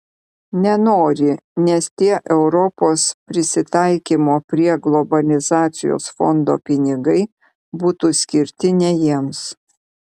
nenori nes tie europos prisitaikymo prie globalizacijos fondo pinigai būtų skirti ne jiems